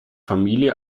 familie